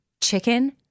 chicken